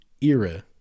era